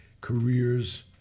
careers